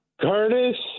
Curtis